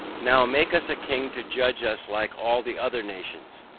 now make us a king to judge us like all the other nations.